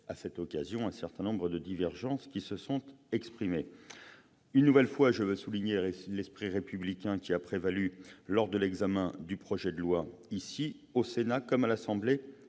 même si un certain nombre de divergences ont pu être exprimées. Encore une fois, je veux souligner l'esprit républicain qui a prévalu lors de l'examen du projet de loi, ici, au Sénat, comme à l'Assemblée